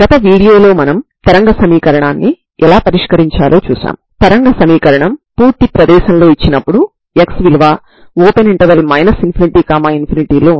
ఉపన్యాసం 49 కి స్వాగతం మనం పరిమిత డొమైన్లో తరంగ సమీకరణం కోసం ప్రారంభ మరియు సరిహద్దు విలువలు కలిగిన సమస్యను చూస్తున్నాము